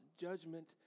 judgment